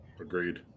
agreed